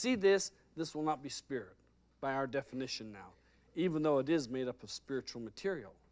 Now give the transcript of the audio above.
see this this will not be spear by our definition now even though it is made up of spiritual material